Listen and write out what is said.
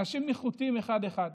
אנשים איכותיים אחד-אחד,